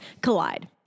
collide